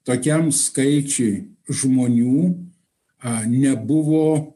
tokiam skaičiui žmonių a nebuvo